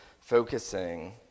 focusing